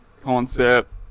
concept